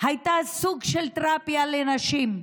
הייתה סוג של תרפיה לנשים.